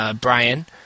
Brian